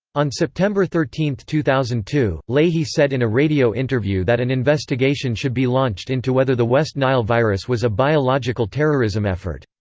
on september thirteen, two thousand and two, leahy said in a radio interview that an investigation should be launched into whether the west nile virus was a biological terrorism effort.